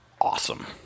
awesome